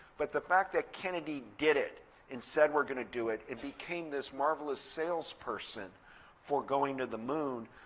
but the fact that kennedy did it and said we're going to do it, it became this marvelous salesperson for going to the moon.